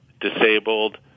disabled